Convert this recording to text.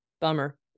Bummer